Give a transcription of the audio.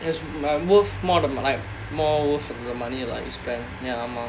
that's like worth more than like more worth the money like you spend ya ஆமா:aamaa